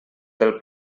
del